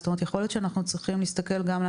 יכול להיות שאנחנו צריכים להסתכל גם על